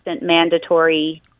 mandatory